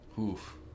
Oof